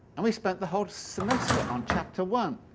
and we spent the whole semester on chapter one.